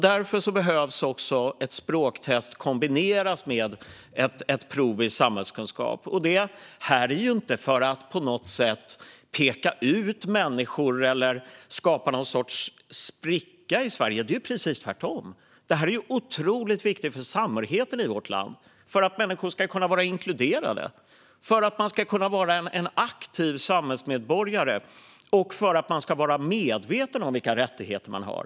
Därför behöver ett språktest kombineras med ett prov i samhällskunskap. Det här är inte för att på något sätt peka ut människor eller skapa något sorts spricka i Sverige utan precis tvärtom: Det här är otroligt viktigt för samhörigheten i vårt land, för att människor ska kunna vara inkluderade, för att man ska kunna vara en aktiv samhällsmedborgare och för att man ska vara medveten om vilka rättigheter man har.